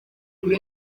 kuri